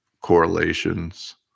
correlations